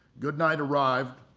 goodnight arrived,